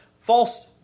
False